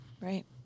Right